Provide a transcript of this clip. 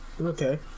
Okay